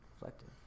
Reflective